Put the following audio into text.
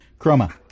Chroma